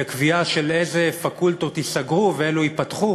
בקביעה של אילו פקולטות ייסגרו ואילו ייפתחו,